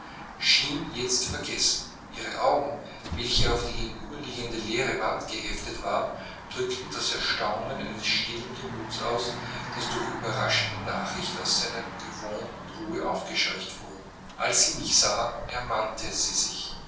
schien jetzt vergessen ihre augen welche auf die gegenüberliegende leere wand geheftet waren drückten das erstaunen eines stillen gemüts aus das durch überraschende nachrichten aus seiner gewohnten ruhe aufgescheucht worden als sie mich sah ermannte sie sich